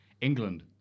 England